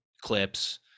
clips